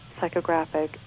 psychographic